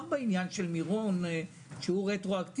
בנושא של מירון והאסון עצמו הוא כבר קרה.